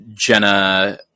Jenna